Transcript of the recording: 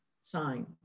sign